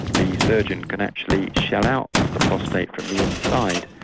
the surgeon can actually shell out the prostate from the inside.